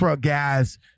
guys